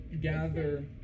gather